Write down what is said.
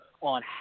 on